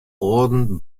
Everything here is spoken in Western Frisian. âlden